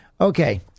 Okay